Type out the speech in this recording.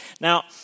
Now